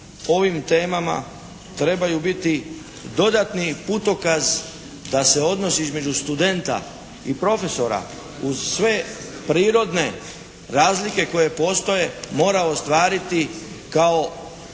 ovim temama trebaju biti dodatni putokaz da se odnos između studenta i profesora uz sve prirodne razlike koje postoje mora ostvariti kao odnos